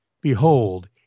Behold